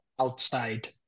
outside